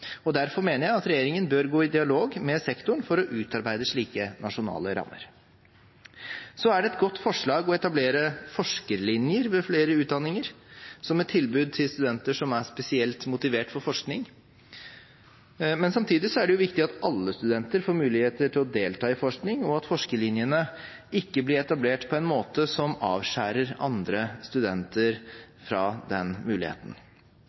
ansettelsesforhold. Derfor mener jeg at regjeringen bør gå i dialog med sektoren for å utarbeide slike nasjonale rammer. Så er det et godt forslag å etablere forskerlinjer ved flere utdanninger, som et tilbud til studenter som er spesielt motivert for forskning. Men samtidig er det viktig at alle studenter får muligheter til å delta i forskning, og at forskerlinjene ikke blir etablert på en måte som avskjærer andre studenter fra den muligheten.